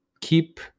Keep